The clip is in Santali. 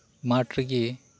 ᱢᱟᱴᱷ ᱨᱮᱜᱮ